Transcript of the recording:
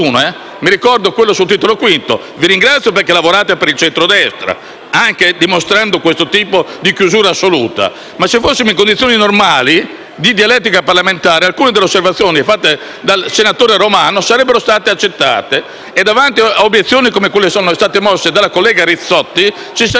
anche dimostrando questo tipo di chiusura assoluta), se fossimo in condizioni normali di dialettica parlamentare, alcune delle osservazioni fatte dal senatore Romano sarebbero state accettate e, davanti a obiezioni come quelle che sono state mosse dalla collega Rizzotti, ci sarebbe stata attenzione. Ma voi marciate con le urla e non con i ragionamenti.